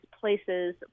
places